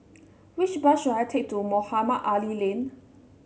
which bus should I take to Mohamed Ali Lane